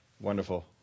Wonderful